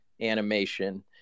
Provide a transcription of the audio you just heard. animation